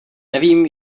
nevím